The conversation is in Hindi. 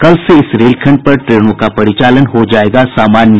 कल से इस रेल खंड पर ट्रेनों का परिचालन हो जायेगा सामान्य